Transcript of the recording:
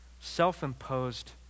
self-imposed